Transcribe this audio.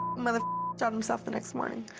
um the. shot himself the next morning.